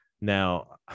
Now